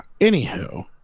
Anywho